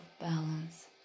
balance